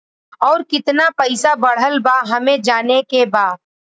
और कितना पैसा बढ़ल बा हमे जाने के बा?